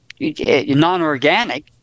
non-organic